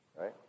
Right